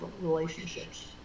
relationships